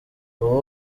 abo